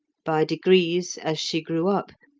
by degrees, as she grew up,